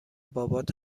بابات